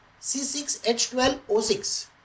C6H12O6